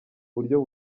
buryo